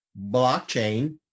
Blockchain